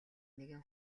нэгэн